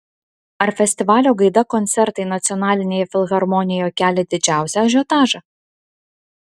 ar festivalio gaida koncertai nacionalinėje filharmonijoje kelia didžiausią ažiotažą